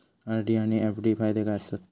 RD आनि FD फायदे काय आसात?